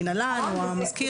המנהלה או המזכיר --- נכון,